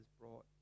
brought